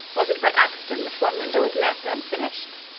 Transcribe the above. was it by accident that one window was left unfinished?